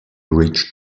reached